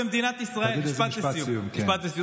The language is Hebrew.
תגיד איזה משפט סיום, תסכם.